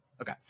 Okay